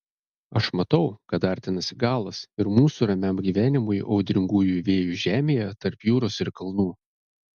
aš matau kad artinasi galas ir mūsų ramiam gyvenimui audringųjų vėjų žemėje tarp jūros ir kalnų